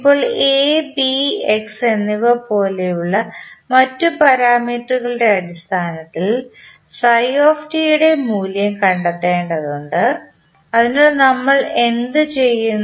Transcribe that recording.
ഇപ്പോൾ A B X എന്നിവപോലുള്ള മറ്റ് പാരാമീറ്ററുകളുടെ അടിസ്ഥാനത്തിൽ യുടെ മൂല്യം കണ്ടെത്തേണ്ടതുണ്ട് അതിനാൽ നമ്മൾ എന്തു ചെയ്യും